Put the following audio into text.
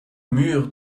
mûres